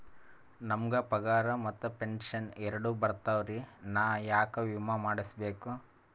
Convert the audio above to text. ನಮ್ ಗ ಪಗಾರ ಮತ್ತ ಪೆಂಶನ್ ಎರಡೂ ಬರ್ತಾವರಿ, ನಾ ಯಾಕ ವಿಮಾ ಮಾಡಸ್ಬೇಕ?